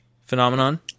phenomenon